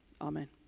Amen